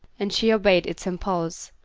and she obeyed its impulse.